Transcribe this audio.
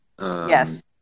Yes